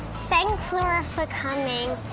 thanks laura for coming